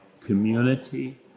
community